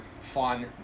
fun